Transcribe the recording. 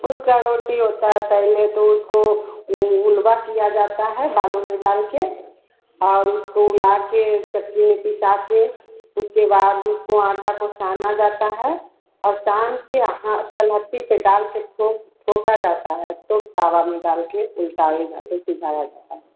उसकी रोटी होती है पेहले तो उसको मिलवा किया जाता दालों में डाल कर और उसको मिला कर चक्की में पीसा कर उसके बाद उसको आटा को छाना जाता है और छान कर हाथ से तलहटी पर डाल कर ठोक ठोका जाता है तो तवा में डाल कर उलटे हो कर सीधा हो जाता है